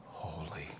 Holy